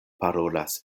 parolas